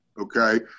Okay